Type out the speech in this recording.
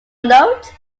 note